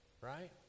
Right